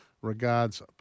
Regards